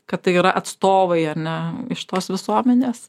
kad tai yra atstovai ar ne iš tos visuomenės